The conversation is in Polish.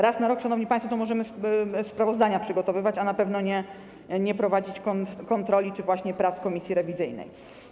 Raz na rok, szanowni państwo, to możemy sprawozdania przygotowywać, a na pewno nie prowadzić kontroli czy właśnie prac komisji rewizyjnej.